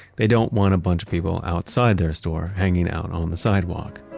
they don't want a bunch of people outside their store hanging out on the sidewalk.